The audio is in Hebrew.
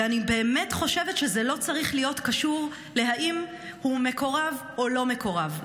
ואני באמת חושבת שזה לא צריך להיות קשור לאם הוא מקורב או לא מקורב.